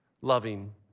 loving